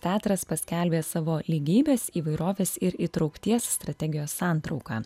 teatras paskelbė savo lygybės įvairovės ir įtraukties strategijos santrauką